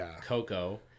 Coco